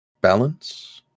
balance